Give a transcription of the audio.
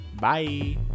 bye